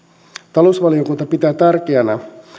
talousvaliokunta pitää tärkeänä